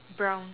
brown